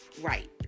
Right